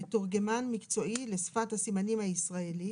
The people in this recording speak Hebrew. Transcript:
"מתורגמן מקצועי לשפת הסימנים הישראלית"